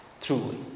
Truly